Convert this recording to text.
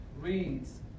reads